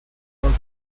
olası